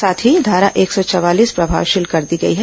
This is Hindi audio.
साथ ही धारा एक सौ चवालीस प्रभावशील कर दी गई है